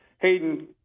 Hayden